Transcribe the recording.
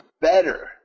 better